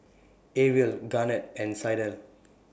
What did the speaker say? Ariel Garnett and Sydell